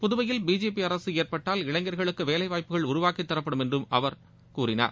புதுவையில் பிஜேபி அரசு ஏற்பட்டால் இளைஞர்களுக்கு வேலை வாய்ப்புகள் உருவாக்கித் தரப்படும் என்றும் அவர் தெரிவித்தார்